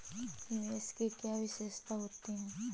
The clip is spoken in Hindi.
निवेश की क्या विशेषता होती है?